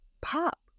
pop